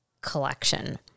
collection